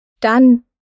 Dann